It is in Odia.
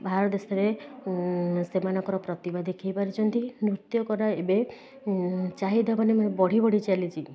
ବାହାର ଦେଶରେ ସେମାନଙ୍କର ପ୍ରତିଭା ଦେଖେଇ ପାରିଛନ୍ତି ନୃତ୍ୟକାର ଏବେ ଚାହିଦା ମାନେ ବଢ଼ି ବଢ଼ି ଚାଲିଛି